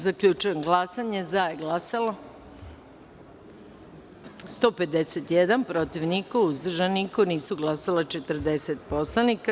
Zaključujem glasanje i saopštavam: za – 151, protiv – niko, uzdržan – niko, nije glasalo 40 poslanika.